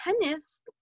tennis